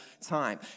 time